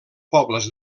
pobles